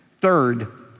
Third